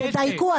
תדייקו.